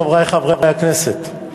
חברי חברי הכנסת,